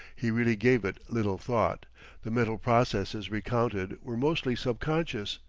he really gave it little thought the mental processes recounted were mostly subconscious,